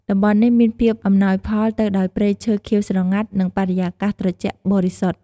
តំបន់នេះមានភាពអំណោយផលទៅដោយព្រៃឈើខៀវស្រងាត់ និងបរិយាកាសត្រជាក់បរិសុទ្ធ។